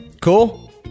Cool